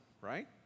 right